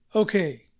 Okay